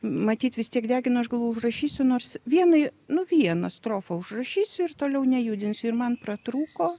matyt vis tiek degino aš galvoju užrašysiu nors vienai nu vieną strofą užrašysiu ir toliau nejudinsiu ir man pratrūko